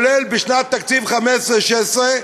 כולל בשנת תקציב 2015 2016,